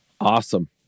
Awesome